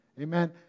Amen